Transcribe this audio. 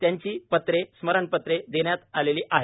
त्याची पत्रे स्मरणपत्रे देण्यात आलेली आहेत